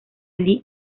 lee